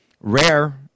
Rare